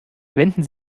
wenden